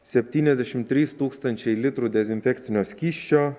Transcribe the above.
septyniasdešimt trys tūkstančiai litrų dezinfekcinio skysčio